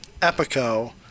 Epico